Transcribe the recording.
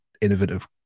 innovative